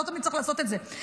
לא תמיד צריך לעשות את זה.